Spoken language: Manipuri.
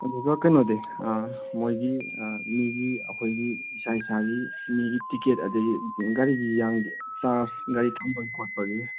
ꯑꯗꯨꯒ ꯀꯩꯅꯣꯗꯤ ꯃꯣꯏꯒꯤ ꯃꯤꯒꯤ ꯑꯩꯈꯣꯏꯒꯤ ꯏꯁꯥ ꯏꯁꯥꯒꯤ ꯃꯤꯒꯤ ꯇꯤꯛꯀꯦꯠ ꯑꯗꯩ ꯒꯥꯔꯤ ꯃꯌꯥꯝ ꯃꯌꯥꯝꯒꯤ ꯆꯥꯔꯖ ꯒꯥꯔꯤ ꯊꯝꯕꯒꯤ ꯈꯣꯠꯄꯒꯤꯗꯤ